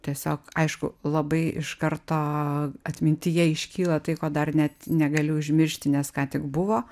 tiesiog aišku labai iš karto atmintyje iškyla tai ko dar net negaliu užmiršti nes ką tik buvo